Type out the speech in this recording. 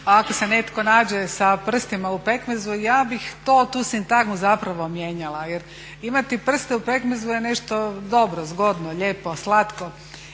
ako se netko nađe sa prstima u pekmezu ja bih to, tu sintagmu zapravo mijenjala. Jer imati prste u pekmezu je nešto dobro, zgodno, lijepo, slatko.